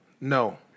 No